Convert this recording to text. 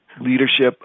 leadership